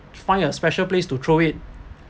find a special place to throw it